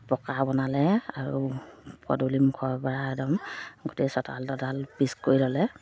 পকা বনালে আৰু পদূলি মুখৰ পৰা একদম গোটেই চোতাল তদাল পিছ কৰি ল'লে